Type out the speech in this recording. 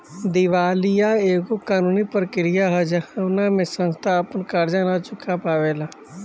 दिवालीया एगो कानूनी प्रक्रिया ह जवना में संस्था आपन कर्जा ना चूका पावेला